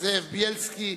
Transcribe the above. זאב בילסקי,